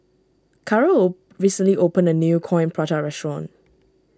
recently opened a new Coin Prata restaurant